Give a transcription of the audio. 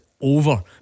over